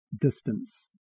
distance